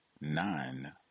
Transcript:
nine